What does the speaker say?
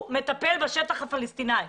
הוא מטפל בשטח הפלסטינאי.